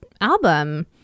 album